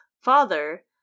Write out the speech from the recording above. father